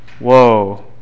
whoa